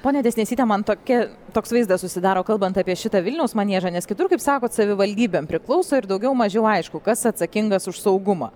ponia tesnesyte man tokia toks vaizdas susidaro kalbant apie šitą vilniaus maniežą nes kitur kaip sakot savivaldybėm priklauso ir daugiau mažiau aišku kas atsakingas už saugumą